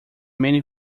many